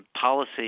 policy